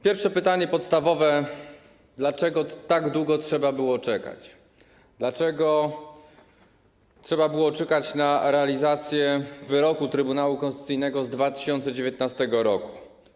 Pierwsze pytanie podstawowe: Dlaczego tak długo trzeba było czekać, dlaczego trzeba było czekać na realizację wyroku Trybunału Konstytucyjnego z 2019 r.